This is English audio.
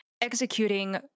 executing